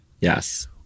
Yes